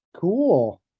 Cool